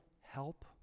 help